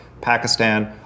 Pakistan